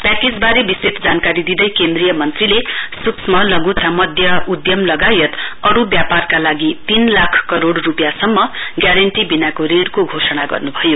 package विस्तृत जानकारी दिँदै केन्द्रीय मन्त्रीले सुक्ष्मलघु तथा मध्यम उधम लगायत अरु व्यापारका लागि तीन लाख करोड रुपियाँ सम्म ग्यारेन्टी बिनाको ऋणको घोषणा गर्न्भयो